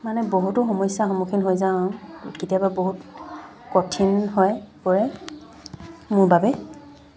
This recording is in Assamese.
মানে বহুতো সমস্যাৰ সন্মুখীন হৈ যাওঁ আৰু কেতিয়াবা বহুত কঠিন হৈ পৰে মোৰ বাবে